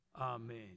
Amen